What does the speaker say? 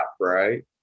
right